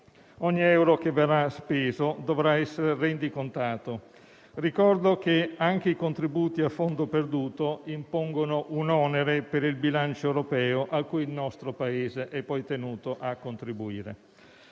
ogni euro che verrà speso dovrà essere rendicontato. Ricordo che anche i contributi a fondo perduto impongono un onere per il bilancio europeo a cui il nostro Paese è poi tenuto a contribuire.